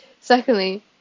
secondly